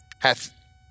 hath